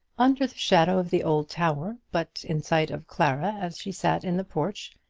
under the shadow of the old tower, but in sight of clara as she sat in the porch,